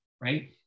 right